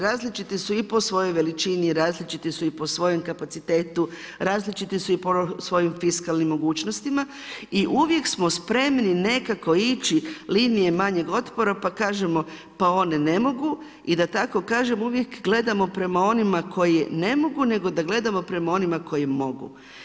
Različite su i po svojoj veličini, različiti su i po svojem kapacitetu, različiti su i po svojim fiskalnim mogućnostima i uvijek smo spremni nekako ići linijom manjeg otpora pa kažemo pa ne mogu i da tako kažem uvijek gledamo prema onima koji ne mogu, nego da gledamo prema onima koji mogu.